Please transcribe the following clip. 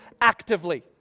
actively